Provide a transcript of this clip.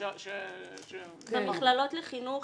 במכללות לחינוך